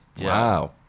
Wow